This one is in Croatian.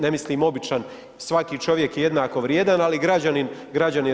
Ne mislim običan, svaki čovjek je jednako vrijedan ali građanin RH.